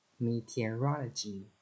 Meteorology